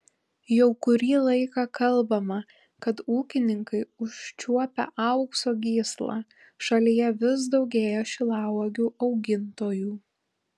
jau kurį laiką kalbama kad ūkininkai užčiuopę aukso gyslą šalyje vis daugėja šilauogių augintojų